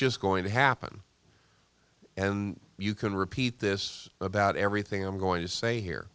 just going to happen and you can repeat this about everything i'm going to say here